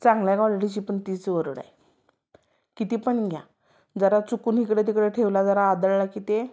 चांगल्या क्वालिटीची पण तीच ओरड आहे किती पण घ्या जरा चुकून इकडे तिकडे ठेवला जरा आदळला की ते